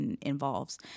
involves